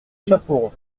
chapeaux